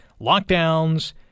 lockdowns